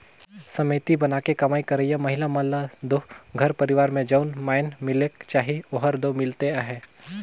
समिति बनाके कमई करइया महिला मन ल दो घर परिवार में जउन माएन मिलेक चाही ओहर दो मिलते अहे